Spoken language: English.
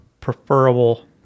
preferable